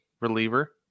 reliever